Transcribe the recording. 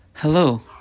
Hello